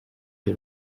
the